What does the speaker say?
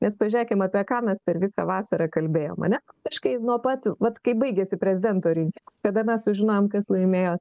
nes pažiūrėkim apie ką mes per visą vasarą kalbėjom ane kažkaip nuo pat vat kai baigėsi prezidento rinkimai kada mes sužinojom kas laimėjo